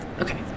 Okay